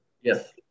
Yes